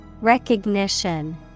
Recognition